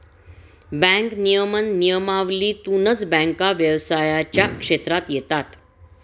bank नियमन नियमावलीतूनच बँका व्यवसायाच्या क्षेत्रात येतात